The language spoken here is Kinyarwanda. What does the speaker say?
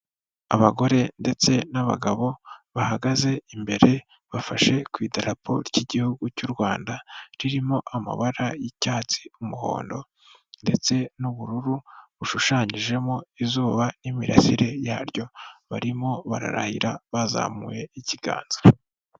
Abagore ndetse n'abagabo bahagaze imbere bafashe ku idarapo ry'Igihugu cy'u Rwanda, ririmo amabara y'icyatsi, umuhondo ndetse n'ubururu, bushushanyijemo izuba n'imirasire yaryo, barimo bararahira bazamuye ikiganza.